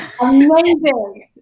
Amazing